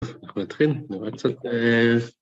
אנחנו נתחיל, אני רואה קצת...